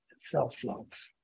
self-love